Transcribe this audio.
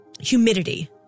humidity